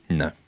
no